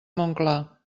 montclar